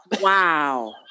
Wow